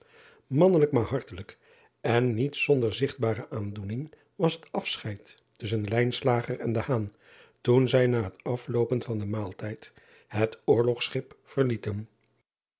annelijk maar hartelijk en niet zonder zigtbare aandoening was het afscheid tusschen en toen zij na het afloopen van den maaltijd het orlogschip verlieten